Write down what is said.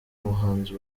muhanzi